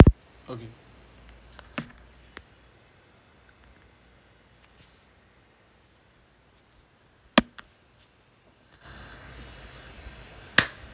okay